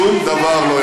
שום דבר לא יעצור.